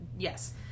Yes